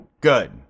Good